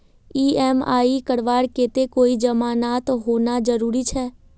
EMI करवार केते कोई जमानत होना जरूरी छे?